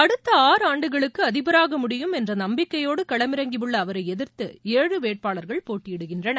அடுத்த ஆறு ஆண்டுகளுக்கு அதிபராக முடியும் என்ற நம்பிக்கையோடு களமிறங்கியுள்ள அவரை எதிர்த்து ஏழு வேட்பாளர்கள் போட்டியிடுகின்றனர்